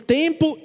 tempo